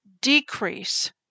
decrease